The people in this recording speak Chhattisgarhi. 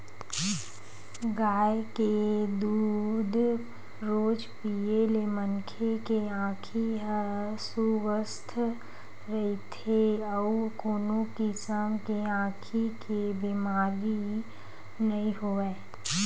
गाय के दूद रोज पीए ले मनखे के आँखी ह सुवस्थ रहिथे अउ कोनो किसम के आँखी के बेमारी नइ होवय